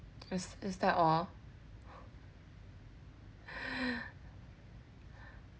is is that all